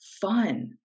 fun